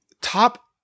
top